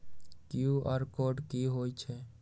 QR code कि हई छई?